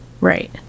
right